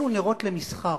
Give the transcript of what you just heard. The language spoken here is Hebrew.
אלה נרות למסחר.